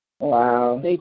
Wow